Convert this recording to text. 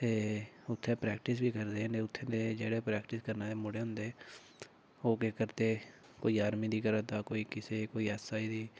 ते उत्थै प्रैक्टिस बी करदे न उत्थे दे जेह्ड़े प्रैक्टिस करने आह्ले मुड़े होंदे ओह् केह् करदे कोई आर्मी दी करा दा तां कोई किसै दी कोई ऐस आई दी